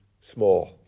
small